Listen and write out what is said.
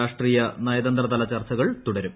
രാഷ്ട്രീയ നയതന്ത്രതല ചർച്ചകൾ തുടരും